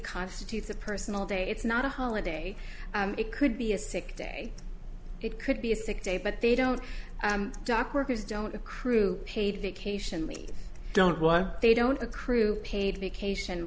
constitutes a personal day it's not a holiday it could be a sick day it could be a sick day but they don't dock workers don't accrue paid vacation we don't want they don't accrue paid vacation